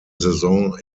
saison